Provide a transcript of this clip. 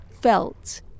felt